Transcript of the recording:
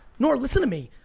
nora listen to me,